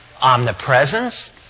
omnipresence